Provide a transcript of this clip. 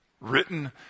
written